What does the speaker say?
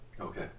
Okay